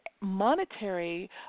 monetary